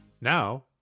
Now